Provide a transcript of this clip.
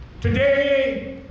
today